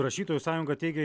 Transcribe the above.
rašytojų sąjunga teigė